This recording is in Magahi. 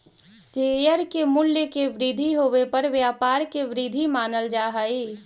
शेयर के मूल्य के वृद्धि होवे पर व्यापार के वृद्धि मानल जा हइ